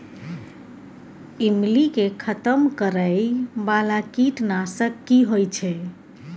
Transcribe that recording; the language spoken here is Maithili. ईमली के खतम करैय बाला कीट नासक की होय छै?